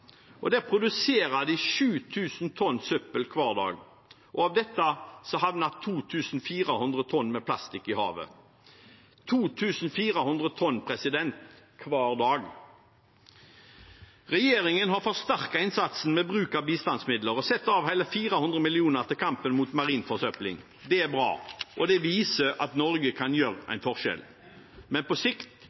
produserer de 7 000 tonn søppel hver dag, og av dette havner 2 400 tonn plast i havet – 2 400 tonn hver dag! Regjeringen har forsterket innsatsen med bruk av bistandsmidler og setter av hele 400 mill. kr til kampen mot marin forsøpling. Det er bra, og det viser at Norge kan gjøre en forskjell. Men på sikt